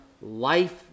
life